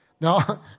Now